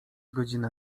godzina